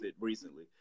recently